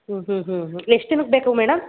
ಹ್ಞೂ ಹ್ಞೂ ಹ್ಞೂ ಎಷ್ಟು ದಿನಕ್ಕೆ ಬೇಕು ಮೇಡಮ್